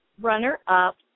runner-up